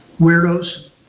weirdos